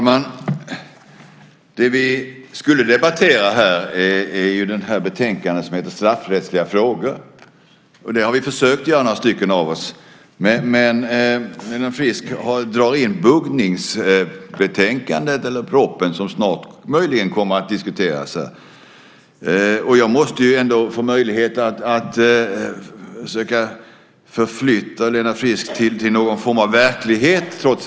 Fru talman! Vi skulle debattera det betänkande som heter Straffrättsliga frågor . Några av oss har försökt göra det. Helena Frisk drar in buggningsproppen, som möjligen snart kommer att diskuteras här. Jag måste ändå få möjlighet att förflytta Helena Frisk till någon form av verklighet.